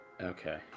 Okay